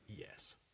yes